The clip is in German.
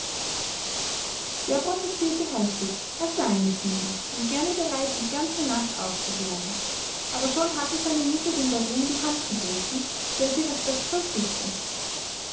der protestierte heftig er sei nicht müde und gerne bereit die ganze nacht aufzubleiben aber schon hatte seine mutter dem baron die hand geboten der sie respektvoll küßte